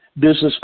business